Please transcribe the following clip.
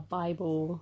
bible